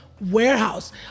warehouse